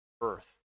earth